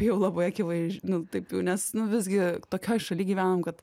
tai jau labai akivaizdž nu taip jau nes visgi tokioj šalyj gyvenam kad